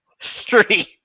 Three